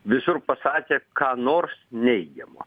visur pasakė ką nors neigiamo